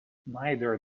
neither